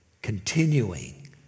continuing